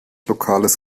lokales